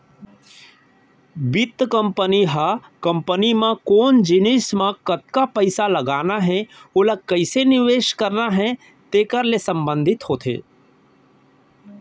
बित्त कंपनी ह कंपनी म कोन जिनिस म कतका पइसा लगाना हे ओला कइसे निवेस करना हे तेकर ले संबंधित होथे